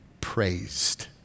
praised